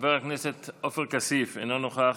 חבר הכנסת עפר כסיף, אינו נוכח,